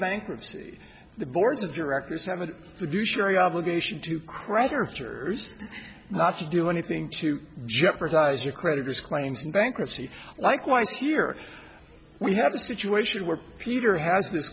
bankruptcy the boards of directors have to do surely obligation to creditors not to do anything to jeopardize your creditors claims in bankruptcy likewise here we have a situation where peter has this